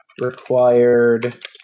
required